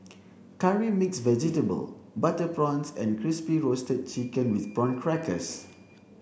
curry mixed vegetable butter prawns and crispy roasted chicken with prawn crackers